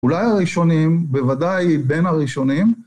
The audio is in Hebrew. אולי הראשונים, בוודאי בין הראשונים.